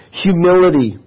humility